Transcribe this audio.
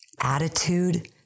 attitude